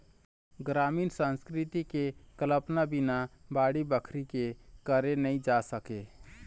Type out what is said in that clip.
गरामीन संस्कृति के कल्पना बिन बाड़ी बखरी के करे नइ जा सके